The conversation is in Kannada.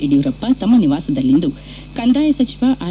ಯಡಿಯೂರಪ್ಪ ತಮ್ನ ನಿವಾಸದಲ್ಲಿಂದು ಕಂದಾಯ ಸಚಿವ ಆರ್